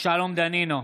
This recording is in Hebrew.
שלום דנינו,